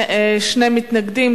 שניים מתנגדים,